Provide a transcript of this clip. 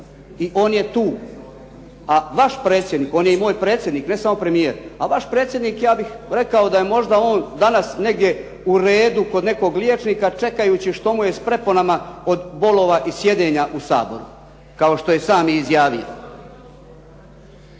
I on je tu. A vaš predsjednik, on je i moj predsjednik, ne samo premijer. A vaš predsjednik, ja bih rekao da je možda on danas negdje u redu kod nekog liječnika čekajući što mu je s preponama od bolova i sjedenja u Saboru, kao što je sam i izjavio.